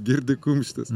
girdi kumštis